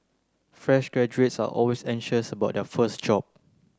fresh graduates are always anxious about their first job